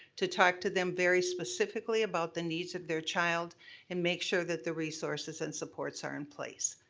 to talk to them very specifically about the needs of their child and make sure that the resources and supports are in place.